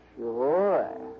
Sure